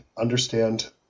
understand